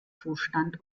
zustand